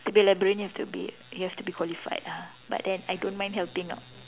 to be librarian you have to be you have to be qualified ah but then I don't mind helping out